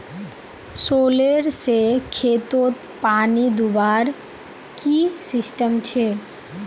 Solar से खेतोत पानी दुबार की सिस्टम छे?